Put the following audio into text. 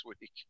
week